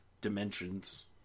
dimensions